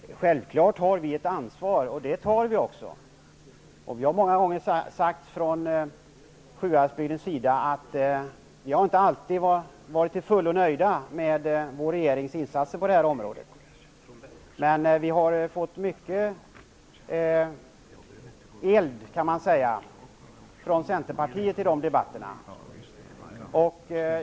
Herr talman! Självfallet har vi ett ansvar, och det tar vi också. Vi har många gånger från Sjuhäradsbygden sagt att vi inte har varit till fullo nöjda med regeringens insatser på detta område. Men vi har fått mycket eld från Centerpartiet i de debatterna, kan man säga.